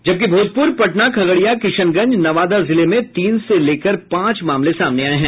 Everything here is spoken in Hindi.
जबकि भोजपुर पटना खगड़िया किशनगंज नवादा जिले में तीन से लेकर पांच मामले सामने आये हैं